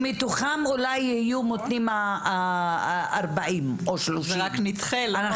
שמתוכם אולי יהיו מותנים 40 או 30. אנחנו